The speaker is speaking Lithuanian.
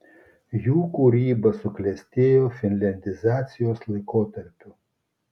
jų kūryba suklestėjo finliandizacijos laikotarpiu